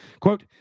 Quote